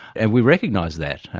and we recognise that.